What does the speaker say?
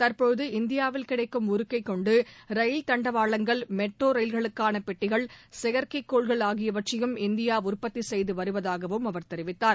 கற்போகு இந்தியாவில் கிடைக்கும் உருக்கைக் கொண்டுரயில் தண்டபாளங்கள் மெட்ரோரயில்களுக்கானபெட்டிகள் செயற்கைக்கோள்கள் ஆகியவற்றையும் இந்தியாஉற்பத்திசெய்துவருவதாகவும் அவர் தெரிவித்தார்